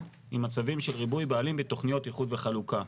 עם מצבים של ריבוי בעלים בתכניות איחוד וחלוקה.